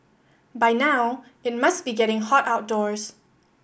by now it must be getting hot outdoors